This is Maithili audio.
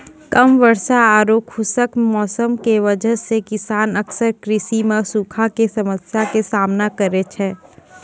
कम वर्षा आरो खुश्क मौसम के वजह स किसान अक्सर कृषि मॅ सूखा के समस्या के सामना करै छै